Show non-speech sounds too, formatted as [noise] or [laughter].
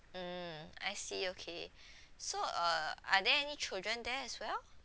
mm I see okay [breath] so uh are there any children there as well